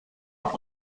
auf